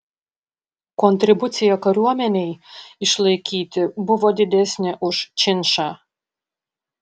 kontribucija kariuomenei išlaikyti buvo didesnė už činšą